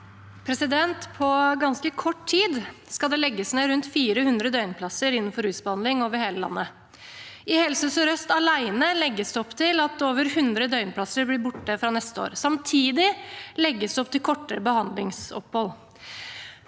kort tid skal det legges ned rundt 400 døgnplasser innenfor rusbehandling over hele landet. I Helse sør-øst alene legges det opp til at over 100 døgnplasser blir borte fra neste år. Samtidig legges det opp til kortere behandlingsopphold.